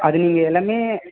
அதில் நீங்கள் எல்லாமே